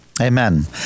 Amen